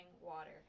Water